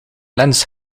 lens